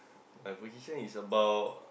my position is about